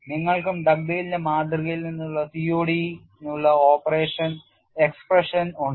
നിങ്ങൾക്കും ഡഗ്ഡെയ്ലിന്റെ മാതൃകയിൽ നിന്നുള്ള COD നുള്ള എക്സ്പ്രഷൻ ഉണ്ട്